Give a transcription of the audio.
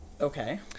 Okay